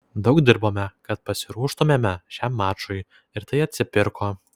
daug dirbome kad pasiruoštumėme šiam mačui ir tai atsipirko